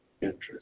interest